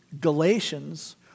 Galatians